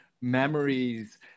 memories